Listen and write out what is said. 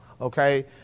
Okay